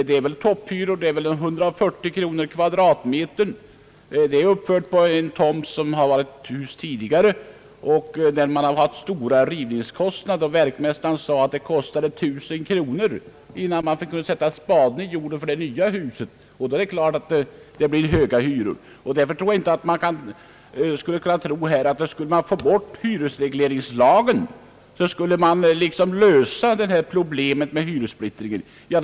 Där rör det sig om topphyror på cirka 140 kronor per kvadratmeter. Denna fastighet är uppförd på en tomt, där man måst riva ett äldre hus, Rivningskostnaderna uppgick till stora belopp, vilket naturligtvis påverkade den nya hyressättningen. Därför tror jag inte att man kan anta att problemet med hyressplittringen kan lösas genom avskaffande av hyresregleringslagen.